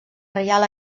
reial